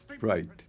Right